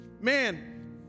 man